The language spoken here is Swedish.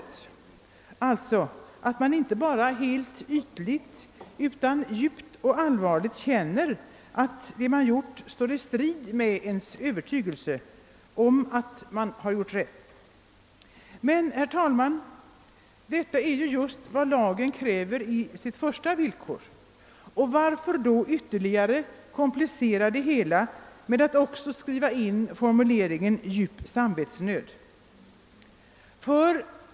Det innebär alltså att man inte bara helt ytligt utan djupt och allvarligt känner att det man gjort står i strid med ens övertygelse om vad som är rätt. Men detta är just vad lagen kräver i det första villkoret, och varför då komplicera det hela ytterligare med att också skriva in formuleringen »djup samvetsnöd»?